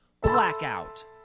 Blackout